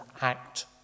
act